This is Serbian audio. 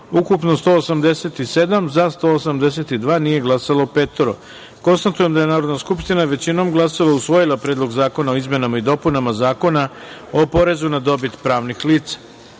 ukupno 187, za – 182, nije glasalo pet narodnih poslanika. Konstatujem da je Narodna skupština većinom glasova usvojila Predlog zakona o izmenama i dopunama Zakona o porezu na dobit pravnih lica. Sedma